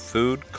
Food